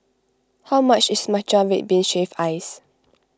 how much is Matcha Red Bean Shaved Ice